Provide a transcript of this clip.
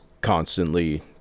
constantly